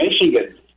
Michigan